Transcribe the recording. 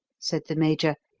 said the major,